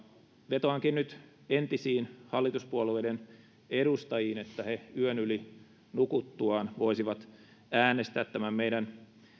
vetoankin nyt entisiin hallituspuolueiden edustajiin että he yön yli nukuttuaan voisivat äänestää tämän meidän